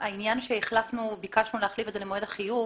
אנחנו ביקשנו להחליף את זה למועד החיוב,